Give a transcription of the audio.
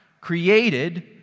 created